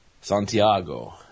Santiago